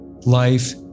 life